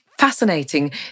fascinating